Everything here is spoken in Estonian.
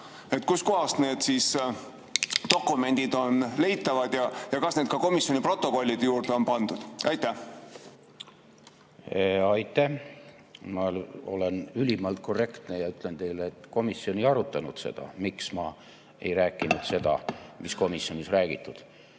kust kohast need dokumendid siis on leitavad ja kas need on ka komisjoni protokollide juurde pandud. Aitäh! Ma olen ülimalt korrektne ja ütlen teile, et komisjon ei arutanud seda, miks ma ei rääkinud seda, mida komisjonis räägiti.